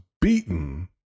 beaten